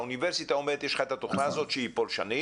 שהאוניברסיטה אומרת: יש לך את התוכנה הזאת שהיא פולשנית,